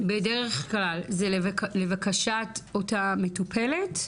בדרך כלל זה לבקשת אותה מטופלת?